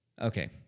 Okay